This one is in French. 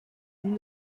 nous